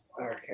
Okay